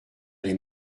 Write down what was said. les